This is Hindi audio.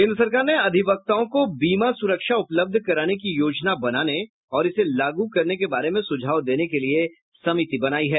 केंद्र सरकार ने अधिवक्ताओं को बीमा सुरक्षा उपलब्ध कराने की योजना बनाने और इसे लागू करने के बारे में सुझाव देने के लिए समिति बनाई है